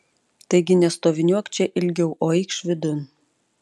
taigi nestoviniuok čia ilgiau o eikš vidun